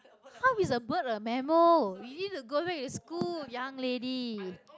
how is a bird a mammal you need to go back to school young lady